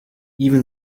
even